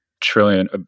trillion